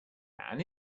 man